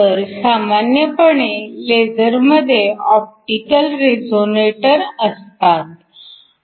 तर सामान्यपणे लेझरमध्ये ऑप्टिकल रेझोनेटर असतात